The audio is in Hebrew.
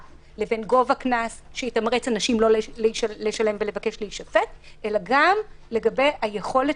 לבין גובה הקנס שיתמרץ אנשים לא לשלם ולבקש להישפט אלא גם לגבי היכולת